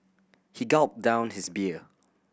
he gulped down his beer